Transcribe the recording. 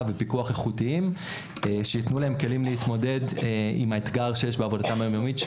בפיקוח איכותיים שייתנו להם כלים להתמודד עם האתגר שיש בעבודתן היומיומית,